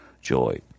joy